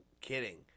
kidding